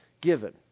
given